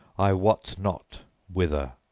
i wot not whither,